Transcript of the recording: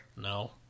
no